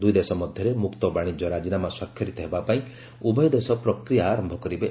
ଦୁଇ ଦେଶ ମଧ୍ୟରେ ମୁକ୍ତ ବାଣିଜ୍ୟ ରାଜିନାମା ସ୍ୱାକ୍ଷରିତ ହେବାପାଇଁ ଉଭୟ ଦେଶ ପ୍ରକ୍ରିୟା ଆରମ୍ଭ କରିବେ